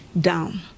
down